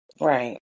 Right